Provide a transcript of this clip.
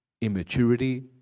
Immaturity